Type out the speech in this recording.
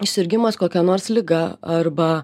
sirgimas kokia nors liga arba